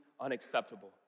unacceptable